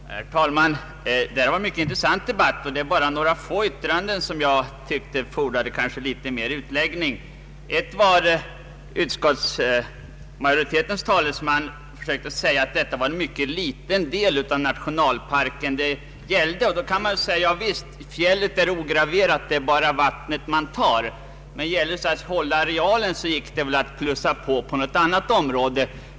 Herr talman! Det har varit en intressant debatt, och bara ett par yttranden ger mig anledning till litet mera utläggning. Utskottsmajoritetens talesman sade att det gällde en mycket liten del av nationalparken. Man kan naturligtvis säga att fjället är ograverat och att det bara är vattnet man tar. Gällde det bara att hålla en viss areal, gick det väl att lägga till på något annat ställe.